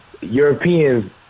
Europeans